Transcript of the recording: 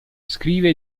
scrive